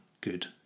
good